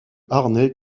harnais